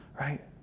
right